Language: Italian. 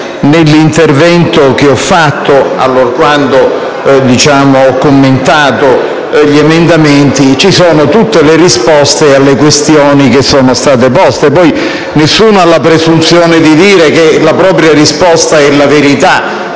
nell'intervento che ho fatto allorquando ho commentato gli emendamenti, ci sono tutte le risposte alle questioni che sono state poste. Nessuno ha la presunzione di dire che la propria risposta è la verità,